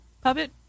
puppet